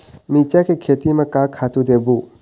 मिरचा के खेती म का खातू देबो?